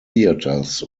theatres